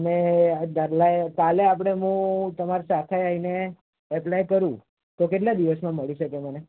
અને કાલે આપણે મું તમારી સાથે આવીને એપ્લાય કરું તો કેટલા દિવસમાં મળી શકે મને